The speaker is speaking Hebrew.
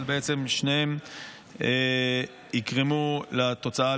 אבל בעצם שניהם יגרמו לתוצאה,